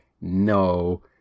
No